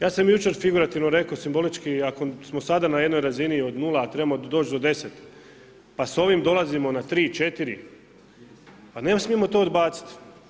Ja sam jučer figurativno rekao, simbolički, ako smo sada na jednoj razini od 0, a trebamo doći do 10, pa s ovim dolazimo na 3-4, pa ne smijemo to odbaciti.